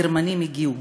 הגרמנים הגיעו.